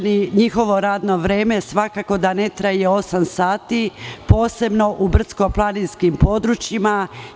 Njihovo radno vreme svakako da ne traje osam sati, posebno u brdsko-planinskim područjima.